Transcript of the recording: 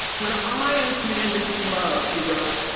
when i am commanded to love, he wrote,